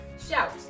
shout